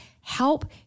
help